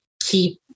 keep